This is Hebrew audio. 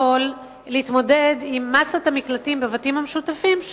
להתמודד עם מאסת המקלטים בבתים המשותפים,